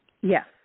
Yes